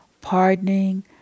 pardoning